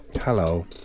Hello